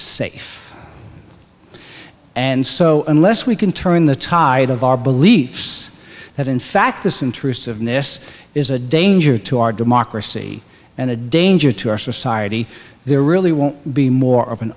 safe and so unless we can turn the tide of our beliefs that in fact this intrusive and this is a danger to our democracy and a danger to our society there really won't be more of an